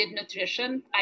nutrition